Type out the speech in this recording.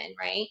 right